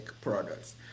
products